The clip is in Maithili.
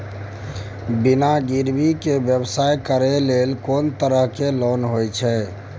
बिना गिरवी के व्यवसाय करै ले कोन तरह के लोन होए छै?